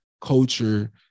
culture